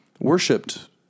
worshipped